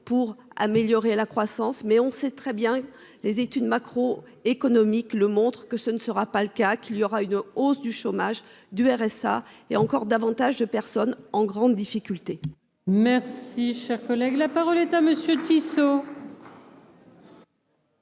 pour améliorer la croissance mais on sait très bien les études macro-économique le montre que ce ne sera pas le cas, qu'il y aura une hausse du chômage, du RSA et encore davantage de personnes en grande difficulté. Merci, cher collègue, la parole est à monsieur Tissot.